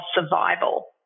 survival